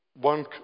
one